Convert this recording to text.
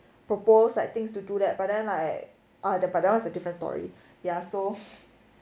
propose like things to do that but then like the ugh but that one is a different story ya so